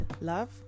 love